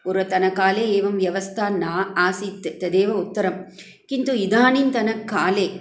पूर्वतनकाले एवं व्यवस्था न आसीत् तदेव उत्तरं किन्तु इदानीन्तन काले